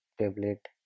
tablet